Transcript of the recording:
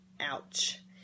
Ouch